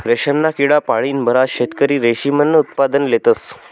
रेशमना किडा पाळीन बराच शेतकरी रेशीमनं उत्पादन लेतस